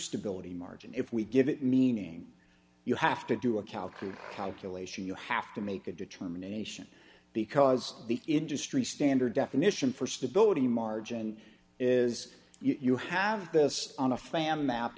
stability margin if we give it meaning you have to do a calculus calculation you have to make a determination because the industry standard definition for stability margin is you have this on a famine map